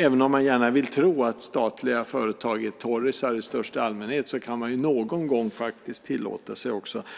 Även om man gärna vill tro att statliga företag i största allmänhet är torrisar, kan man någon gång tillåta sig